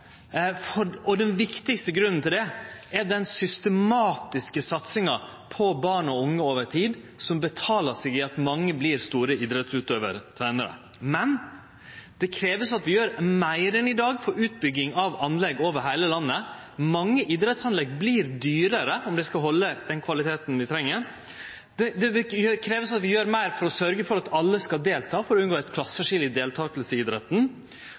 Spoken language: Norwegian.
Den viktigaste grunnen til det er den systematiske satsinga på barn og unge over tid, som betalar seg ved at mange vert store idrettsutøvarar seinare. Men det krev at vi gjer meir enn i dag når det gjeld utbygging av anlegg over heile landet. Mange idrettsanlegg vert dyrare om dei skal halde den kvaliteten vi treng. Det krev at vi gjer meir for å sørgje for at alle får delta, for å unngå eit klasseskilje i deltaking i idretten.